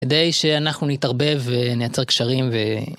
כדי שאנחנו נתערבב ונייצר קשרים ו...